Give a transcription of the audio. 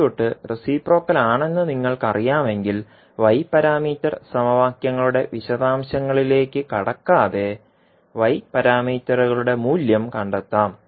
circuit reciprocal ആണെന്ന് നിങ്ങൾക്കറിയാമെങ്കിൽ y parameter സമവാക്യങ്ങളുടെ വിശദാംശങ്ങളിലേക്ക് കടക്കാതെ y പാരാമീറ്ററുകളുടെ മൂല്യം കണ്ടെത്താം